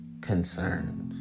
concerns